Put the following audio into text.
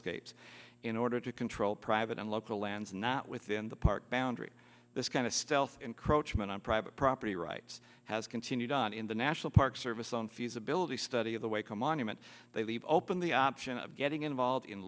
scapes in order to control private and local lands not within the park boundaries this kind of stealth encroachment on private property rights has continued on in the national park service on feasibility study of the waco monument they leave open the option of getting involved in